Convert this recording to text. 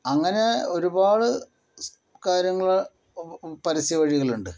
അങ്ങനെ ഒരുപാട് കാര്യങ്ങൾ പരസ്യ വഴികളുണ്ട്